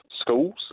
schools